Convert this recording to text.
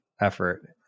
effort